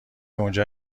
اونجا